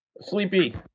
Sleepy